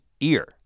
ear